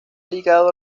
ligado